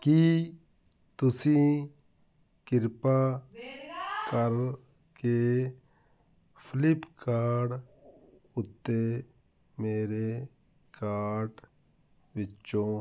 ਕੀ ਤੁਸੀਂ ਕਿਰਪਾ ਕਰਕੇ ਫਲਿੱਪਕਾਡ ਉੱਤੇ ਮੇਰੇ ਕਾਰਟ ਵਿੱਚੋਂ